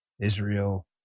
Israel